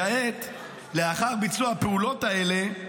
כעת, לאחר ביצוע הפעולות האלה,